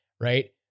right